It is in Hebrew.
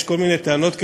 יש כל מיני טענות כאלה,